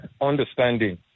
understanding